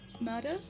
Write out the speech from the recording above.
Murder